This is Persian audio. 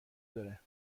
داره